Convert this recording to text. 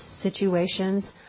situations